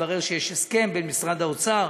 והתברר שיש הסכם בין משרד האוצר